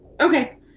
Okay